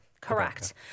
correct